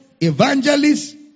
evangelists